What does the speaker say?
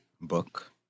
book